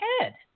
head